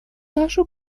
нашу